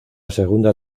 segunda